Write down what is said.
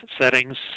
settings